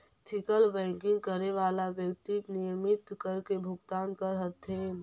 ethical banking करे वाला व्यक्ति नियमित कर के भुगतान करऽ हथिन